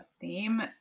theme